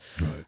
Right